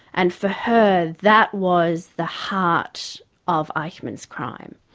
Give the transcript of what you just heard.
and for her, that was the heart of eichmann's crime.